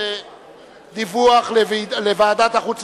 ביטוח בריאות ממלכתי (תיקון,